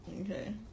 Okay